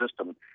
system